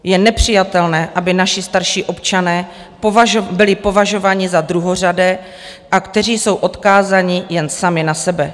Je nepřijatelné, aby naši starší občané byli považováni za druhořadé, kteří jsou odkázáni jen sami na sebe.